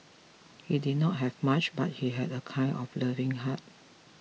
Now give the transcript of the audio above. he did not have much but he had a kind and loving heart